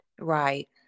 Right